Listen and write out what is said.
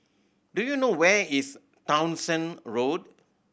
do you know where is Townshend Road